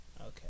Okay